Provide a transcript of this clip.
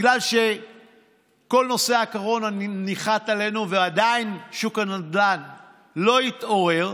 בגלל שכל נושא הקורונה ניחת עלינו ועדיין שוק הנדל"ן לא התעורר.